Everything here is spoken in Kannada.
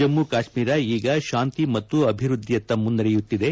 ಜಮ್ಮ ಕಾಶ್ಮೀರ ಈಗ ಶಾಂತಿ ಮತ್ತು ಅಭಿವೃದ್ಧಿಯತ್ತ ಮುನ್ನಡೆಯುತ್ತಿದೆ